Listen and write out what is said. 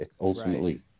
ultimately